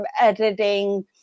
editing